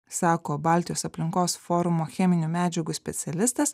sako baltijos aplinkos forumo cheminių medžiagų specialistas